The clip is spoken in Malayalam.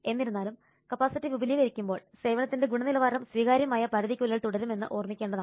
എന്നിരുന്നാലും കപ്പാസിറ്റി വിപുലീകരിക്കുമ്പോൾ സേവനത്തിന്റെ ഗുണനിലവാരം സ്വീകാര്യമായ പരിധിക്കുള്ളിൽ തുടരുമെന്ന് ഓർമ്മിക്കേണ്ടതാണ്